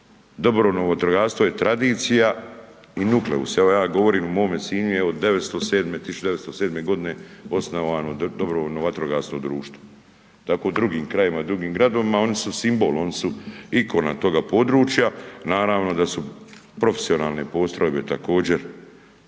Dobrovoljno vatrogastvo je tradicija i nukleus. Evo ja govorim o mome Sinju, evo 907. 1907. godine osnovano dobrovoljno vatrogasno društvo. Tako u drugim krajevima, drugim gradovima, oni su simbol, oni su ikona toga područja. Naravno da su profesionalne postrojbe također